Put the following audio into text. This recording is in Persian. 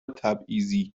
تبعیضی